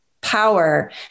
power